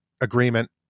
agreement